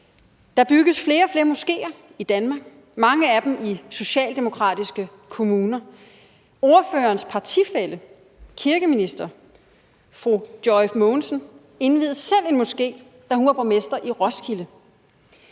Der bygges flere og flere moskeer i Danmark – mange af dem i socialdemokratiske kommuner. Ordførerens partifælle, kirkeministeren, indviede selv en moské, da hun var borgmester i Roskilde.